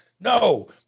No